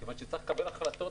מכיוון שצריך לקבל החלטות